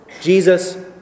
Jesus